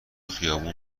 خیابون